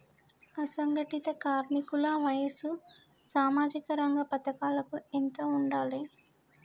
అసంఘటిత కార్మికుల వయసు సామాజిక రంగ పథకాలకు ఎంత ఉండాలే?